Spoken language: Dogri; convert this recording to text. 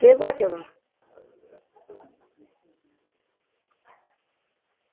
केह् गोआचे दा